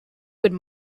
would